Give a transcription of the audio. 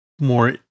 more